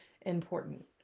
important